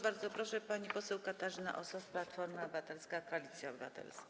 Bardzo proszę, pani poseł Katarzyna Osos, Platforma Obywatelska - Koalicja Obywatelska.